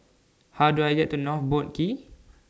How Do I get to North Boat Quay